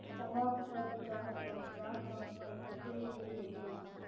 ꯆꯃꯥꯄꯜꯒ ꯃꯧꯗ꯭ꯔꯥ ꯃꯥꯄꯜ ꯑꯦꯐ ꯑꯦꯝꯒꯤ ꯔꯦꯗꯤꯑꯣ ꯊꯥꯎ